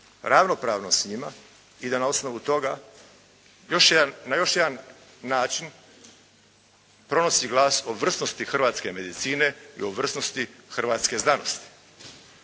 ravnopravno s njima i da na osnovu toga na još jedan način pronosi glas o vrsnosti hrvatske medicine i o vrsnosti hrvatske znanosti.